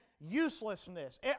uselessness